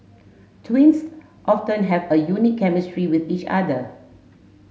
twins have a unique chemistry with each other